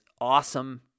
awesome